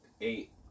eight